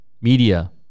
media